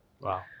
wow